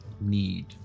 need